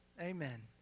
Amen